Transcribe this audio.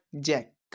Jack